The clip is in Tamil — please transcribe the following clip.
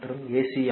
மற்றும் ஏசி A